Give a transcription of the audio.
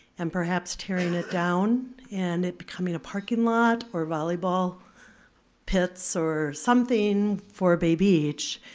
and perhaps tearing it down, and it becoming a parking lot, or volleyball pits, or something for bay beach.